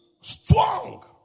strong